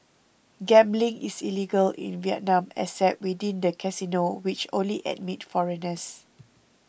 gambling is illegal in Vietnam except within the casinos which only admit foreigners